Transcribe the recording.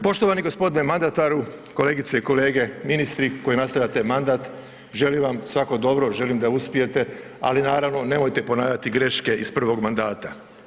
Poštovani g. mandataru, kolegice i kolege ministri koji nastavljate mandat, želim vam svako dobro, želim da uspijete ali naravno, nemojte ponavljati greške iz prvog mandata.